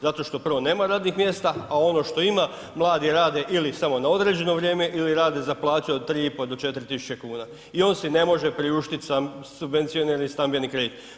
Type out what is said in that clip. Zato što prvo nema radnih mjesta, a ono što ima mladi rade ili samo na određeno vrijeme ili rade za plaću od 3.500,00 do 4.000,00 kn i on si ne može priuštit subvencionirani stambeni kredit.